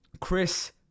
Chris